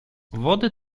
wody